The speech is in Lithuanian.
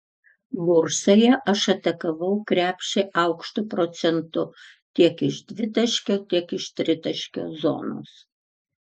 bursoje aš atakavau krepšį aukštu procentu tiek iš dvitaškio tiek iš tritaškio zonos